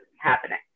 happening